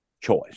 choice